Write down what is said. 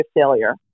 failure